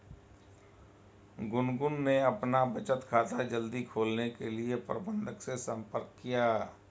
गुनगुन ने अपना बचत खाता जल्दी खोलने के लिए प्रबंधक से संपर्क किया